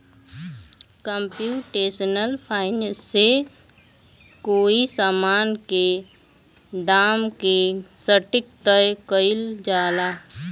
computational finance से कोई समान के दाम के सटीक तय कईल जाला